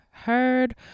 heard